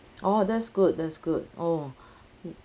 oh that's good that's good oh